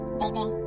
baby